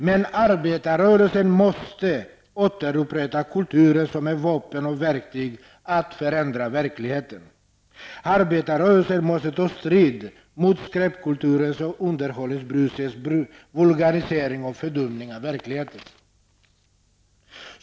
Men arbetarrörelsen måste återupprätta kulturen som ett vapen och verktyg att förändra verkligheten. Arbetarrörelsen måste ta strid mot skräpkulturens och underhållningsbrusets vulgarisering och fördumning av verkligheten.